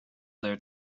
there